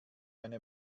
eine